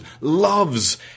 loves